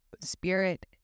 spirit